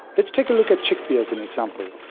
let's take a look at chickpea as an example.